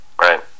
right